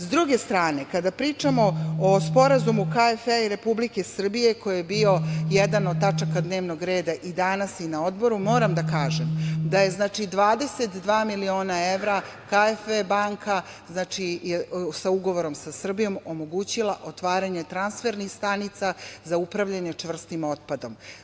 S druge strane, kada pričamo o Sporazumu KfW i Republike Srbije, koji je bio jedan od tačaka dnevnog reda i danas na odboru, moram da kažem da je 22 miliona evra KfW banka sa ugovorom sa Srbijom omogućila otvaranje transfernih stanica za upravljanje čvrstim otpadom.